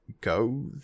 go